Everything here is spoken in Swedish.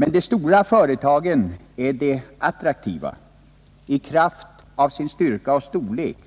Men de stora företagen är attraktiva med hänsyn till sin styrka och storlek